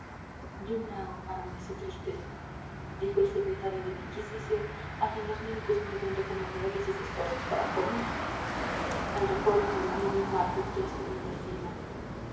yo me hago cargo de su tristeza dijo el secretario de la inquisición a quien los médicos no habían recomendado que hiciese esfuerzos para comer el recuerdo del noble mártir que ha subido al cielo